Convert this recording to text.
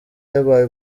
yabaye